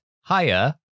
Higher